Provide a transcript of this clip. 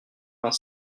vingt